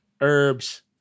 Herbs